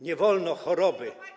Nie wolno choroby.